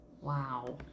Wow